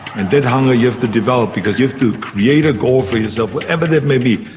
and that hunger you have to develop because you have to create a goal for yourself, whatever that may be.